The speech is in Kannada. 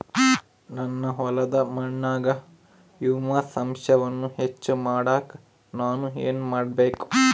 ನನ್ನ ಹೊಲದ ಮಣ್ಣಿನಾಗ ಹ್ಯೂಮಸ್ ಅಂಶವನ್ನ ಹೆಚ್ಚು ಮಾಡಾಕ ನಾನು ಏನು ಮಾಡಬೇಕು?